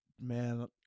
man